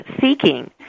seeking